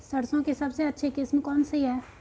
सरसों की सबसे अच्छी किस्म कौन सी है?